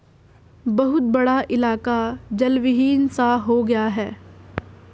बहुत बड़ा इलाका जलविहीन सा हो गया है